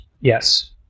Yes